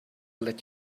let